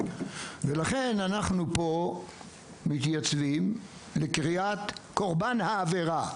ולכן אנחנו מתייצבים פה לקריאת קורבן העבירה.